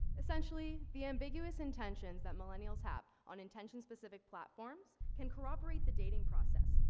essentially, the ambiguous intentions that millennials have on intention specific platforms can corroborate the dating process.